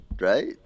right